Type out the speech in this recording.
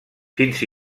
fins